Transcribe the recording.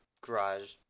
garage